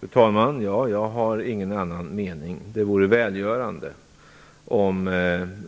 Fru talman! Ja, jag har ingen annan mening. Det vore välgörande om